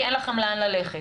כי אין לכם לאן ללכת.